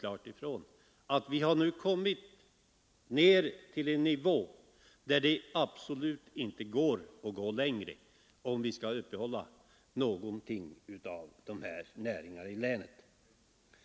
klart ifrån att vi nu kommit ner till en sysselsättningsnivå i jordoch skogsbruket som absolut inte kan sänkas.